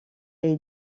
est